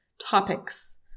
topics